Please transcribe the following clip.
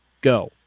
go